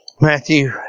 Matthew